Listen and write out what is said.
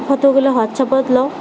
ফটোগিলা হোৱাটছএপত লওঁ